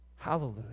Hallelujah